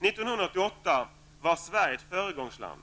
År 1988 var Sverige ett föregångsland.